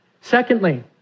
Secondly